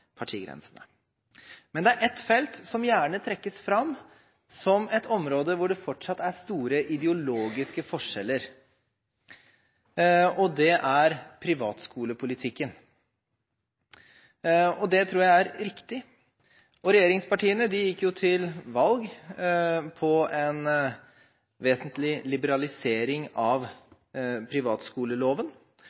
Men det er ett felt som gjerne trekkes fram som et område hvor det fortsatt er store ideologiske forskjeller – og det er privatskolepolitikken. Det tror jeg er riktig. Regjeringspartiene gikk til valg på en vesentlig liberalisering av privatskoleloven.